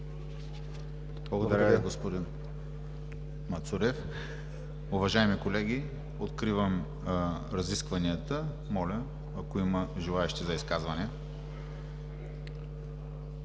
Благодаря Ви, господин Мацурев. Уважаеми колеги, откривам разискванията. Има ли желаещи за изказване?